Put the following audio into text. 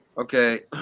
Okay